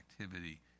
activity